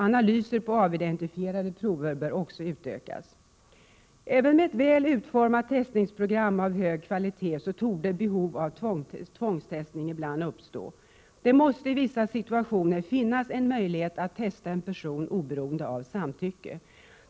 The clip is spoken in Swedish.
Analyser på avidentifierade prover bör också utökas. Även med ett väl utformat testningsprogram av hög kvalitet torde behov av tvångstestning ibland uppstå. I vissa situationer måste det finnas möjligheter att testa en person oberoende av samtycke.